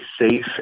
safe